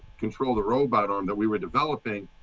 control the robot arm that we were developing.